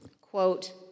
Quote